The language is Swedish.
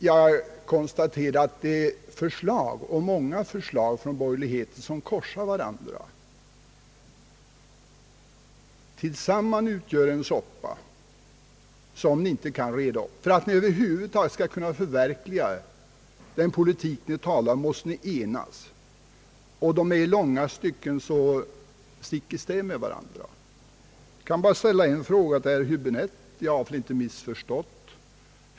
Jag konstaterar att det finns många förslag från borgerligt håll, som korsar varandra. Tillsammans utgör de en soppa, som ni inte kan reda upp. För att ni över huvud taget skall kunna förverkliga den politik ni talar om måste ni enas. Edra åsikter går i långa stycken stick i stäv. Jag vill bara ställa en fråga till herr Häbinette: Har jag missförstått er avsikt?